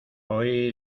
hoy